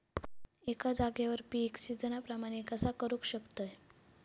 एका जाग्यार पीक सिजना प्रमाणे कसा करुक शकतय?